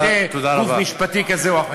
ולא על-ידי גוף משפטי כזה או אחר.